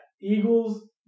Eagles